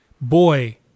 boy